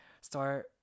start